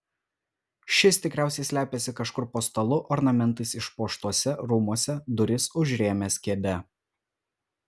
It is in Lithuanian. šis tikriausiai slepiasi kažkur po stalu ornamentais išpuoštuose rūmuose duris užrėmęs kėde